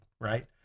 right